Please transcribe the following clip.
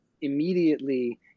immediately